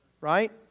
Right